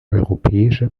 europäische